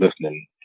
listening